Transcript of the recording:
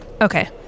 Okay